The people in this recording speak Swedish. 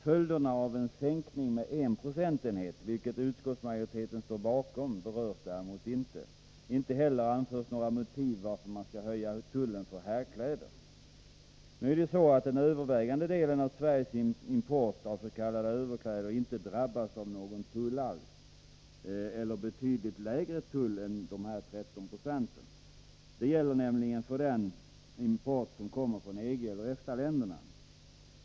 Följderna av en sänkning med en procentenhet, vilket utskottsmajoriteten står bakom, berörs däremot inte. Inte heller anförs några motiv till varför man skall höja tullen för herrkläder. Nu är det ju så att den övervägande delen av Sveriges import av s.k. överkläder inte drabbas av någon tull alls — eller en betydligt lägre tull än dessa 13 20. Detta gäller nämligen för den import som kommer från EG eller EFTA-länderna.